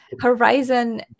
horizon